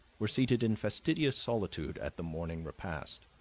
were seated in fastidious solitude at the morning repast.